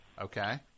Okay